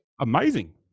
amazing